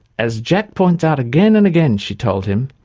as jack points out again and again, she told him,